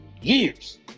years